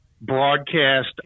broadcast